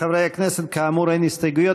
חברי הכנסת, כאמור, אין הסתייגויות.